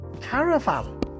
caravan